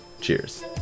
Cheers